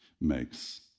makes